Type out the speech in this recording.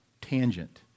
tangent